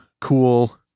cool